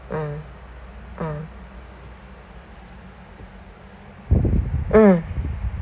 mm mm mm